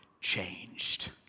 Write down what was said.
changed